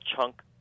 chunk